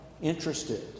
interested